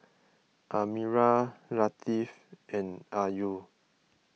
Amirah Latif and Ayu